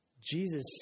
Jesus